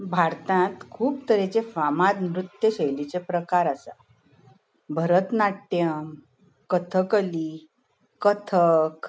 भारतांत खूब तरेचे फामाद नृत्य शैलीचे प्रकार आसात भरतनाट्ट्यम कथकली कथक